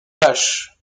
vaches